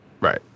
right